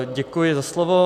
Děkuji za slovo.